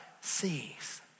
sees